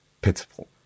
pitiful